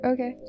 Okay